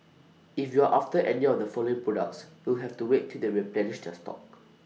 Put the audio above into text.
if you're after any of the following products you'll have to wait till they replenish their stock